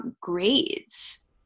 grades